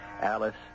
Alice